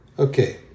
Okay